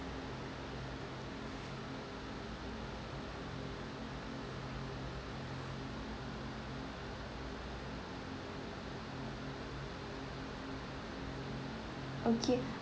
okay